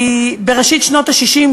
כי בראשית שנות ה-60,